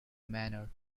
manner